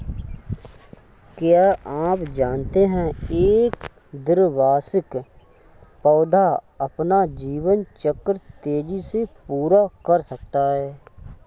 क्या आप जानते है एक द्विवार्षिक पौधा अपना जीवन चक्र तेजी से पूरा कर सकता है?